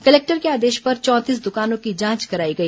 collector के आदेश पर चौंतीस दुकानों की जांच कराई गई